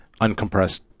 uncompressed